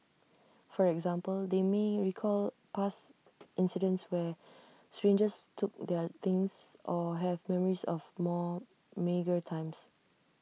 for example they may recall past incidents where strangers took their things or have memories of more meagre times